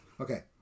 Okay